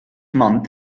month